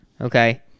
okay